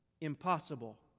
impossible